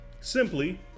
Simply